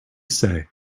say